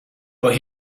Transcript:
but